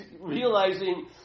realizing